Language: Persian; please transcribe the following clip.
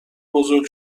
بزرگ